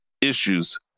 issues